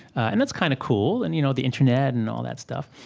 and that's kind of cool, and you know the internet and all that stuff,